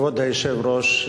כבוד היושב-ראש,